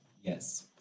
yes